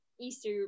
easter